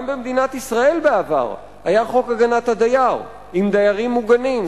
גם במדינת ישראל בעבר היה חוק הגנת הדייר עם דיירים מוגנים,